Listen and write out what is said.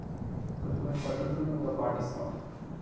కొన్ని కొన్ని పద్దతులను కూడా పాటిస్తాము